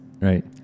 Right